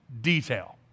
detail